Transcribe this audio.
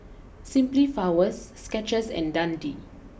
Simply Flowers Skechers and Dundee